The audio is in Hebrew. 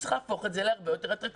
צריך להפוך את זה להרבה יותר אטרקטיבי,